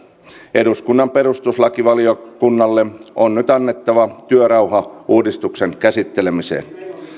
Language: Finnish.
eduskunnan perustuslakivaliokunnalle on nyt annettava työrauha uudistuksen käsittelemiseen